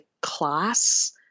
class